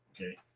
Okay